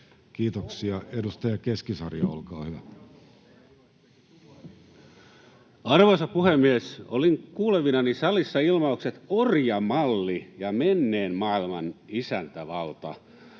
Kiitoksia. — Edustaja Keskisarja, olkaa hyvä. Arvoisa puhemies! Olin kuulevinani salissa ilmaukset ”orjamalli” ja ”menneen maailman isäntävalta”.